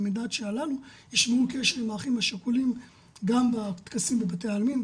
מנת שהללו ישמרו על קשר עם האחים השכולים גם בטקסים בבתי העלמין,